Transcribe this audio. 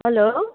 hello